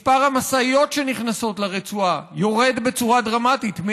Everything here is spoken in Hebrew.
מספר המשאיות שנכנסות לרצועה יורד בצורה דרמטית,